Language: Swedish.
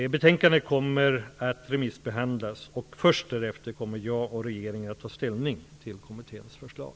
Betänkandet kommer att remissbehandlas, och först därefter kommer jag och regeringen att ta ställning till kommitténs förslag.